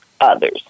others